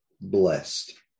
blessed